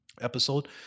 episode